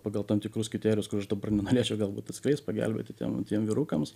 pagal tam tikrus kiterijus kur aš dabar nenorėčiau galbūt atskleist pagelbėti tiem tiem vyrukams